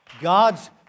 God's